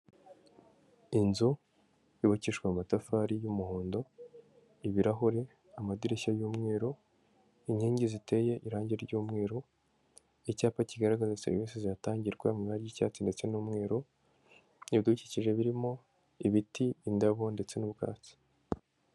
Inzu yubakishwa amatafari y'umuhondo, ibirahuri amadirishya y'umweru, inkingi ziteye irangi ry'mweru, icyapa kigaragaza serivisi zihatangirwa mu ibara ry'cyatsi ndetse n'umweru, n'ibidukikije birimo ibiti indabo ndetse n'ubwatsi.